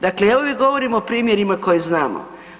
Dakle, ja uvijek govorim o primjerima koje znamo.